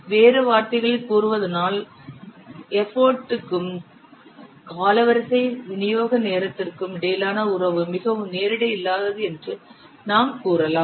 வேறு வார்த்தைகளில் கூறுவதானால் எபோடிற்கும் காலவரிசை விநியோக நேரத்திற்கும் இடையிலான உறவு மிகவும் நேரிடை இல்லாதது என்று நாம் கூறலாம்